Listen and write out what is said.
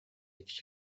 kişi